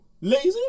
lazy